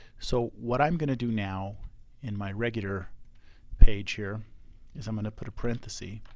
so what i'm gonna do now in my regular page here is i'm gonna put a parenthesis,